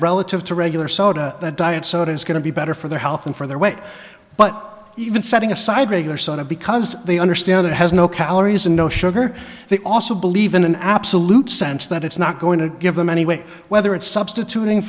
relative to regular soda that diet soda is going to be better for their health and for their weight but even setting aside regular soda because they understand it has no calories and no sugar they also believe in an absolute sense that it's not going to give them anyway whether it's substituting